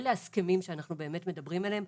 אלה ההסכמים שאנחנו באמת מדברים עליהם,